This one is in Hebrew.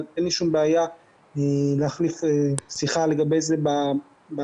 אבל אין לי שום בעיה להחליף שיחה לגבי זה בפרטי,